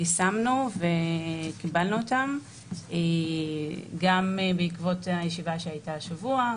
יישמנו וקיבלנו אותן גם בעקבות הישיבה שהייתה השבוע,